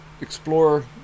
explore